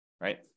right